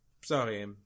Sorry